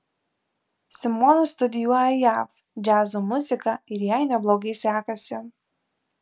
simona studijuoja jav džiazo muziką ir jai neblogai sekasi